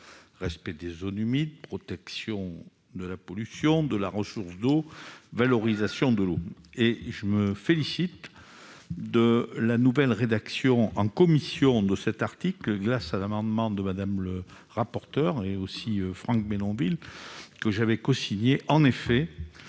respect des zones humides, protection de la pollution de la ressource d'eau, valorisation de l'eau et je me félicite de la nouvelle rédaction en commission de cet article que grâce à l'amendement de Madame le rapporteur et aussi Franck Menonville que j'avais cosigné, en effet,